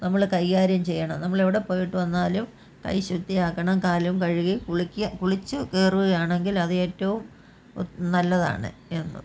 നമ്മൾ കൈകാര്യം ചെയ്യണം നമ്മളെവിടെപ്പോയിട്ടു വന്നാലും കൈ ശുദ്ധിയാക്കണം കാലും കഴുകി കുളിക്കുക കുളിച്ചു കയറുകയാണെങ്കിൽ അത് ഏറ്റവും ഉത്ത് നല്ലതാണ് എന്നും